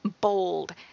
bold